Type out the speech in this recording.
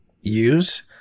use